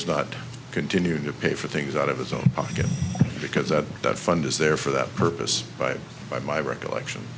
is not continue to pay for things out of his own pocket because at that fund is there for that purpose by by my recollection